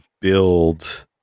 build